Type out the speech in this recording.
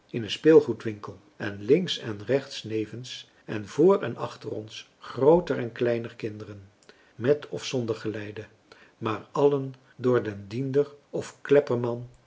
in een speelgoedwinkel en links en rechts nevens en vr en achter ons grooter en kleiner kinderen met of zonder geleide maar allen door den diender of klepperman